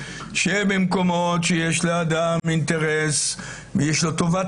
שבמקומות שיש לאדם אינטרס ויש לו טובת